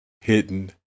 hidden